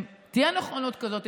אם תהיה נכונות כזו,